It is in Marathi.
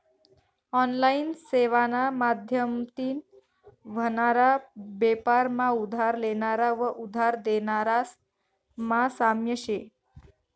ऑनलाइन सेवाना माध्यमतीन व्हनारा बेपार मा उधार लेनारा व उधार देनारास मा साम्य शे